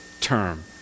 term